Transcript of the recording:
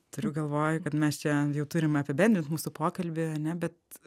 turiu galvoj kad mes čia jau turime apibendrint mūsų pokalbį ane bet